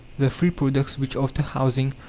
the three products which, after housing,